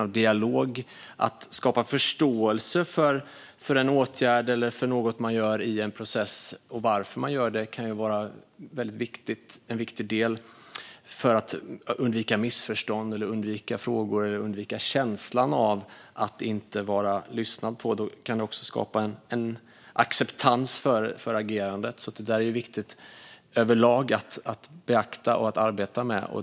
Det gäller att skapa förståelse för en åtgärd eller något man gör i en process och varför man gör det. Det kan vara en väldigt viktig del för att undvika missförstånd, frågor eller känslan av att inte vara lyssnad på. Det kan också skapa en acceptans för agerandet. Det är viktigt överlag att beakta och arbeta med.